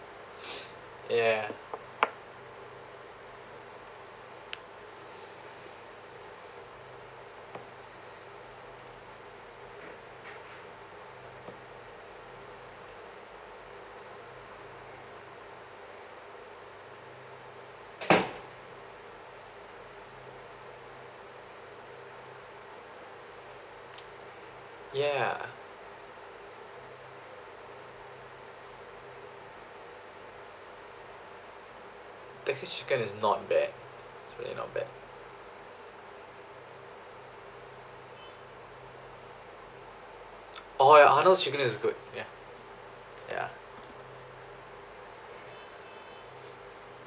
yeah yeah texas chicken is not bad it's really not bad oh ya arnold's chicken is good ya ya